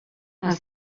els